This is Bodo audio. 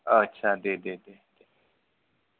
आदसा दे दे दे दे